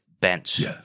bench